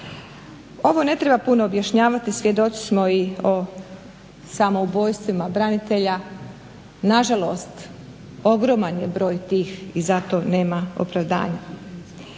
Ovo ne treba puno objašnjavati. Svjedoci smo i o samoubojstvima branitelja. Na žalost ogroman je broj tih i za to nema opravdanja.